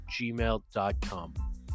gmail.com